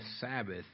Sabbath